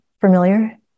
familiar